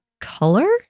color